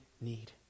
need